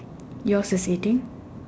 yours is eating